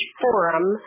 forum